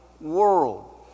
world